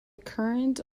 current